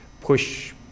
push